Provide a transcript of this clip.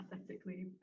aesthetically